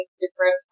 different